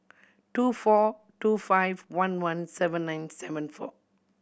two four two five one one seven nine seven four